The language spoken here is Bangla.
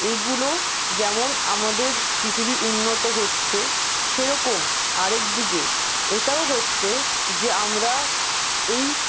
এগুলো যেমন আমাদের পৃথিবী উন্নত হচ্ছে সেরকম আরেক দিকে এটাও হচ্ছে যে আমরা এই